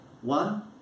One